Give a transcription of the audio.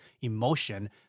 emotion